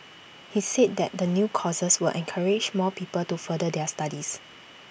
he said that the new courses will encourage more people to further their studies